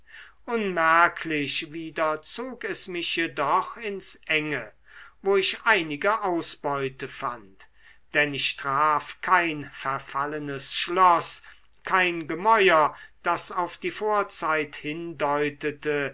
unmerklich wieder zog es mich jedoch ins enge wo ich einige ausbeute fand denn ich traf kein verfallenes schloß kein gemäuer das auf die vorzeit hindeutete